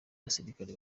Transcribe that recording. abasirikare